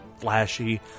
flashy